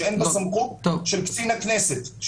שאין בה סמכות של קצין הכנסת.